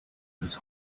des